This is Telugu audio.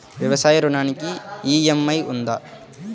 వ్యవసాయ ఋణానికి ఈ.ఎం.ఐ ఉందా?